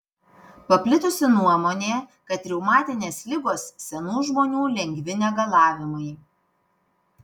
paplitusi nuomonė kad reumatinės ligos senų žmonių lengvi negalavimai